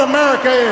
America